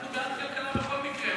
אנחנו בעד הכלכלה בכל מקרה.